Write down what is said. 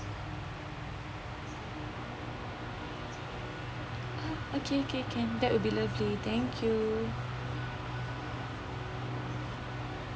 okay ~ K can that will be lovely thank you